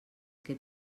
que